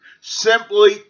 simply